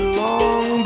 long